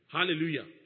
Hallelujah